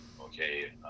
okay